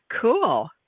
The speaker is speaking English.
Cool